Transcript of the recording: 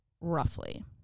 roughly